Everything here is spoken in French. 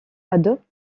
adopte